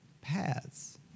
paths